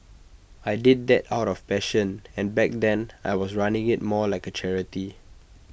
I did that out of passion and back then I was running IT more like A charity